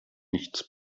nichts